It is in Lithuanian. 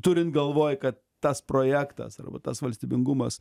turint galvoj kad tas projektas arba tas valstybingumas